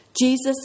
Jesus